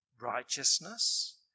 Righteousness